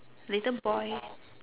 little boy